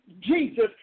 Jesus